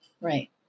right